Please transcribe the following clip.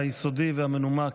היסודי והמנומק,